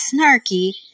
snarky